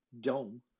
dome